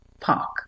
park